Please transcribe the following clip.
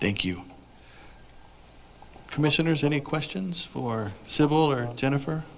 thank you commissioner's any questions or civil or jennifer